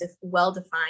well-defined